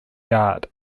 garde